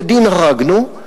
ובדין הרגנו,